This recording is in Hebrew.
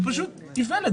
זה פשוט איוולת.